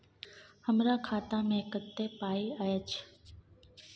हमरा खाता में कत्ते पाई अएछ?